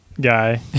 guy